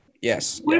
Yes